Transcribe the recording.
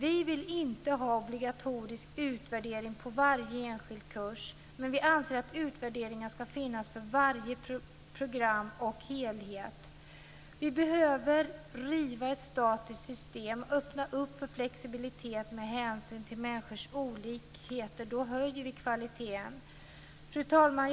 Vi vill inte ha obligatorisk utvärdering på varje enskild kurs, men vi anser att utvärdering ska finnas för varje program och helhet. Vi behöver riva ett statiskt system och öppna upp för flexibilitet med hänsyn till människors olikheter. Då höjer vi kvaliteten. Fru talman!